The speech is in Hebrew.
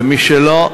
ומשלא,